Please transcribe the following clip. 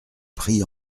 prie